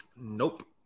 nope